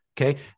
Okay